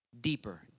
Deeper